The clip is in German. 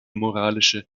moralische